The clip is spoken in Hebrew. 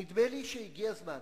נדמה לי שהגיע הזמן